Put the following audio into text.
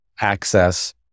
access